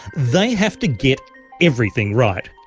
they have to get everything right,